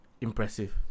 impressive